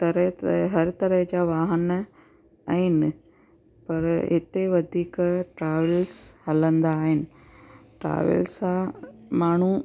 तरह तरह हर तरह जा वाहन आहिनि पर हिते वधीक ट्रावेल्स हलंदा आहिनि ट्रावेल्स सां माण्हू